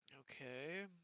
okay